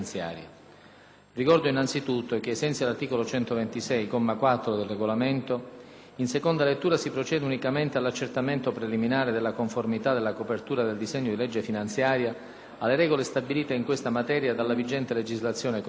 Ricordo innanzitutto che, ai sensi dell'articolo 126, comma 4, del Regolamento, in seconda lettura si procede unicamente all'accertamento preliminare della conformità della copertura del disegno di legge finanziaria alle regole stabilite in questa materia dalla vigente legislazione contabile.